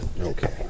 Okay